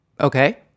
Okay